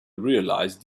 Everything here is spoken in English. realise